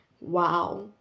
wow